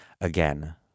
Again